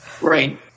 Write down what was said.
Right